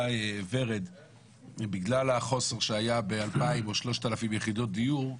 בגלל החוסר שהיה ב-2,000 3,000 יחידות דיור.